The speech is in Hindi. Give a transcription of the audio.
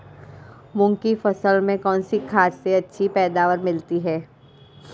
मूंग की फसल में कौनसी खाद से अच्छी पैदावार मिलती है?